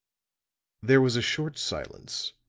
there was a short silence.